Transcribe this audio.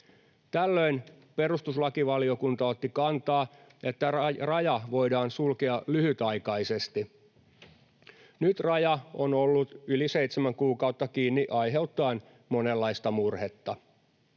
Tällöin perustuslakivaliokunta otti kannan, että raja voidaan sulkea lyhytaikaisesti. Nyt raja on ollut yli seitsemän kuukautta kiinni aiheuttaen monenlaista murhetta.